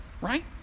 right